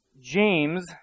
James